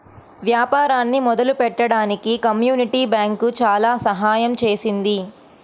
వ్యాపారాన్ని మొదలుపెట్టడానికి community bank చాలా సహాయం చేసింది